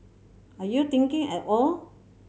are you thinking at all